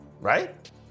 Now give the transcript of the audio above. Right